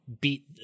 beat